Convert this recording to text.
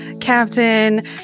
Captain